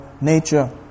nature